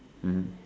mmhmm